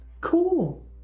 Cool